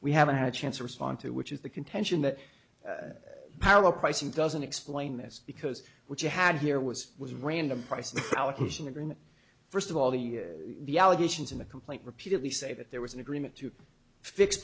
we haven't had a chance to respond to which is the contention that our pricing doesn't explain this because what you had here was was random price allocation agreement first of all the the allegations in the complaint repeatedly say that there was an agreement to fix